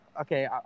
okay